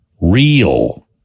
real